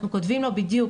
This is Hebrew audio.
אנחנו כותבים לו בדיוק,